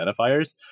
identifiers